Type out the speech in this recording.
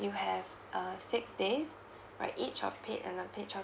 you have uh six days right each of paid and unpaid childcare